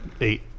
Eight